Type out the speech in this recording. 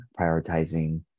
prioritizing